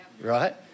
right